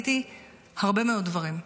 ראיתי הרבה מאוד דברים.